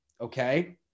Okay